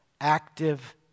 active